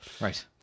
Right